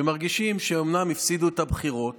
שמרגישים שאומנם הפסידו בבחירות